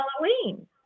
Halloween